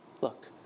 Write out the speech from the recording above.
Look